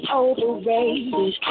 overrated